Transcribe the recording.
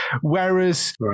whereas